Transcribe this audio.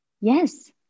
yes